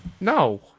No